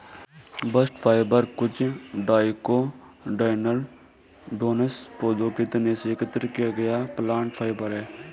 bast fibre कुछ dicotyledonous पौधों के तने से एकत्र किया गया प्लांट फाइबर है